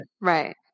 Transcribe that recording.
Right